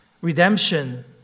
Redemption